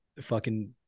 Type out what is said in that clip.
fucking-